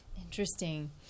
Interesting